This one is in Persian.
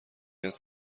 است